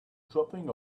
dropping